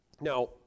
Now